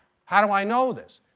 how do i know this?